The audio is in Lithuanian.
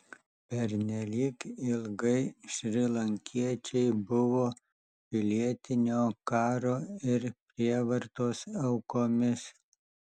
pernelyg ilgai šrilankiečiai buvo pilietinio karo ir prievartos aukomis